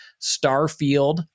starfield